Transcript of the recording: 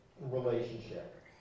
relationship